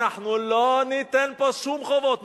אנחנו לא ניתן פה שום חובות.